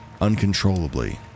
uncontrollably